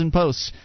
posts